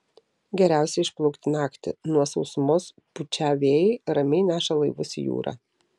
geriausia išplaukti naktį nuo sausumos pučią vėjai ramiai neša laivus į jūrą